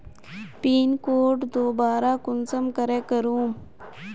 Pin code दोबारा कुंसम करे करूम?